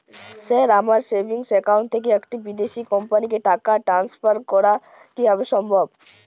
Sir আমার savings account থেকে একটি বিদেশি কোম্পানিকে টাকা ট্রান্সফার করা কীভাবে সম্ভব?